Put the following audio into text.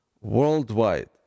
worldwide